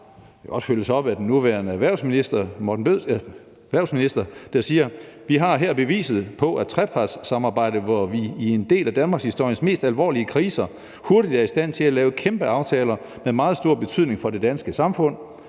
også følges op af den nuværende erhvervsminister, der siger: »Vi har her beviset på et trepartssamarbejde, hvor vi i en af Danmarkshistoriens mest alvorlige kriser hurtigt er i stand til at lave kæmpe aftaler med meget stor betydning for det danske samfund.